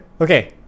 Okay